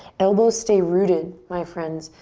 elbows stay rooted, my friends.